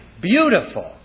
beautiful